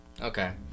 Okay